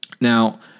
Now